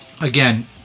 again